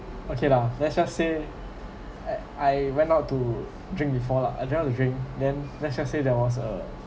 okay lah let's just say eh I went out to drink before lah I drive out to drink then let's just say there was a